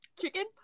Chicken